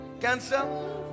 Cancer